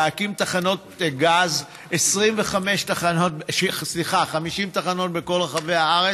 להקים תחנות גז, 50 תחנות בכל רחבי הארץ,